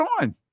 on